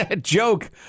joke